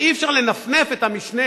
אי-אפשר לנפנף את המשנה